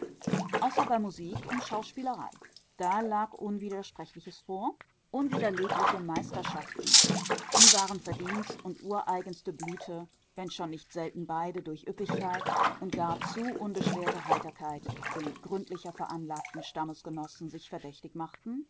außer bei musik und schauspielerei da lag unwidersprechliches vor unwiderlegliche meisterschaften die waren verdienst und ureigenste blüte wenn schon nicht selten beide durch üppigkeit und gar zu unbeschwerte heiterkeit dem gründlicher veranlagten stammesgenossen sich verdächtig machten